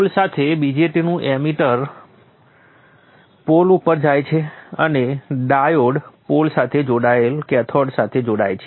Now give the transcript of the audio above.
pole સાથે BJTનું emitter pole ઉપર જાય છે અને ડાયોડ પોલ સાથે જોડાયેલ કેથોડ સાથે જોડાય છે